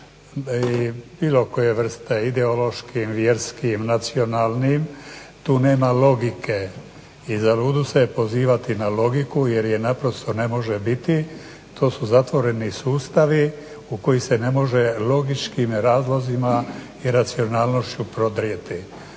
bilo koje vrste, ideološkim, vjerskim, nacionalnim, tu nema logike i uzalud se pozivati na logiku jer je naprosto ne može biti, to su zatvoreni sustavi u kojima se ne može logičkim razlozima i racionalnošću prodrijeti.